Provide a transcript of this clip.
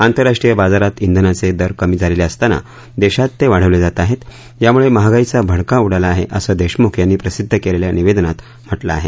आंतरराष्ट्रीय बाजारात इंधनाचे दर कमी झालेले असताना देशात ते वाढवले जात आहेत यामुळे महागाईचा भडका उडाला आहे असं देशमुख यांनी प्रसिद्ध केलेल्या निवेदनात म्हटलं आहे